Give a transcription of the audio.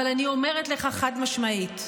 אני אומרת לך חד-משמעית,